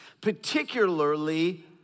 particularly